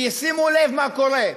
שימו לב מה קורה.